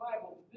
Bible